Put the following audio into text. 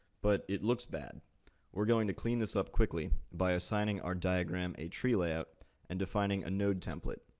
but it looks bad we're going to clean this up quickly, by assigning our diagram a treelayout and defining a node template.